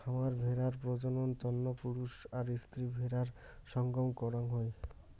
খামার ভেড়ার প্রজনন তন্ন পুরুষ আর স্ত্রী ভেড়ার সঙ্গম করাং হই